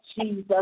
Jesus